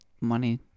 money